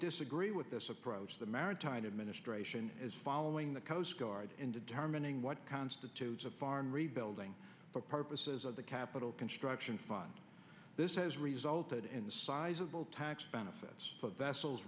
disagree with this approach the maritime administration is following the coast guard in determining what constitutes a farm rebuilding for purposes of the capital construction fund this has resulted in the sizeable tax benefits of vessels